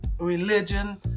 religion